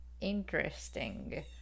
interesting